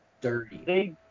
dirty